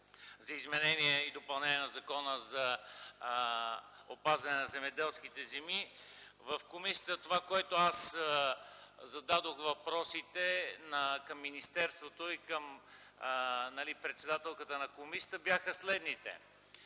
за изменение и допълнение на Закона за опазване на земеделските земи. В комисията въпросите, които зададох към министерството и към председателката на комисията, бяха следните